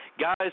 Guys